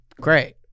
Great